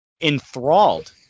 enthralled